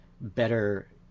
better